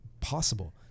possible